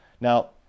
Now